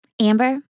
Amber